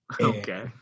Okay